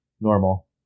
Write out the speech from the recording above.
normal